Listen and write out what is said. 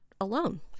alone